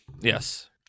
yes